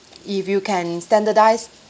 if you can standardise